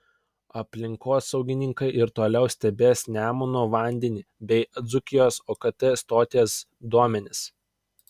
aplinkosaugininkai ir toliau stebės nemuno vandenį bei dzūkijos okt stoties duomenis